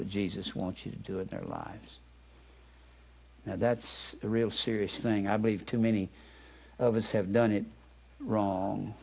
what jesus wants you to do in their lives that's the real serious thing i believe too many of us have done it wrong